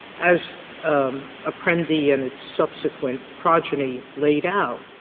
as um apprendi and its subsequent progeny laid out,